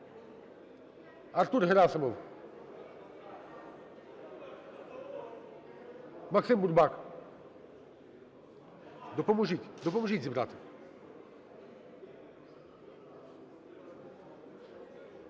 Артур Герасимов, Максим Бурбак, допоможіть. Допоможіть зібрати.